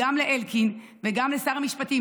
גם לאלקין וגם לשר המשפטים,